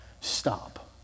Stop